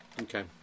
Okay